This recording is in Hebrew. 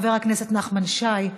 חבר הכנסת נחמן שי,